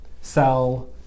sell